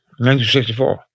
1964